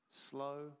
slow